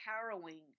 harrowing